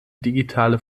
digitale